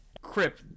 Crip